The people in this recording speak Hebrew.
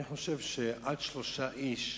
אני חושב שעד שלושה אנשים